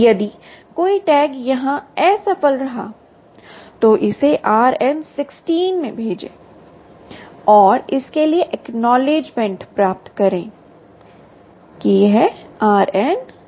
यदि कोई टैग यहां असफल रहा तो इसे RN16 भेजें और इसके लिए ack प्राप्त करें RN16 है